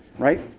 right?